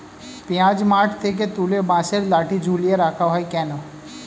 পিঁয়াজ মাঠ থেকে তুলে বাঁশের লাঠি ঝুলিয়ে রাখা হয় কেন?